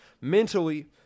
mentally